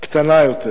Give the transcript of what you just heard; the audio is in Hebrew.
קטנה יותר.